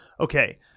Okay